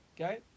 Okay